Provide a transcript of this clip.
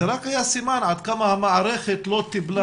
זה רק היה סימן עד כמה המערכת לא טיפלה